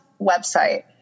website